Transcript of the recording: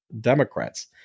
Democrats